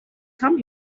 come